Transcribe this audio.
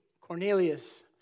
Cornelius